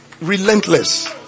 Relentless